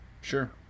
Sure